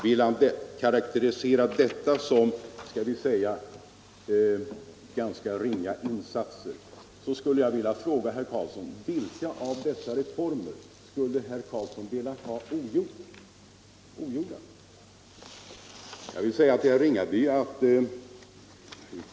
Och om han karakteriserar det som ganska ringa insatser, då vill jag fråga honom: Vilka av dessa reformer skulle herr Carlsson vilja ha ogjorda?